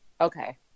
Okay